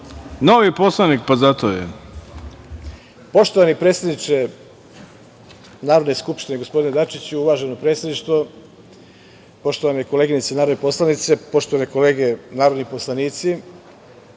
**Radovan Arežina** Poštovani predsedniče Narodne skupštine gospodine Dačiću, uvaženo predsedništvo, poštovane koleginice narodne poslanice, poštovane kolege narodni poslanici,